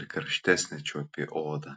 ir karštesnę čiuopi odą